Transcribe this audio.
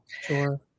Sure